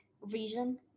region